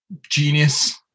genius